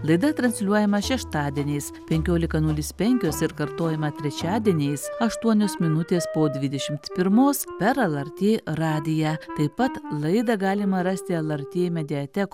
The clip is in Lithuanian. laida transliuojama šeštadieniais penkiolika nulis penkios ir kartojama trečiadieniais aštuonios minutės po dvidešimt pirmos per lrt radiją taip pat laidą galima rasti lrt mediatek